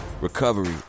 recovery